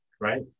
right